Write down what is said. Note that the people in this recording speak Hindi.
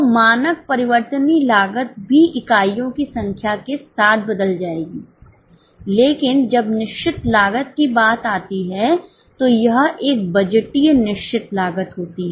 तो मानक परिवर्तनीय लागत भी इकाइयों की संख्या के साथ बदल जाएगी लेकिन जब निश्चित लागत की बात आती है तो यह एक बजटीय निश्चित लागत होती है